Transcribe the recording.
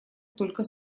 только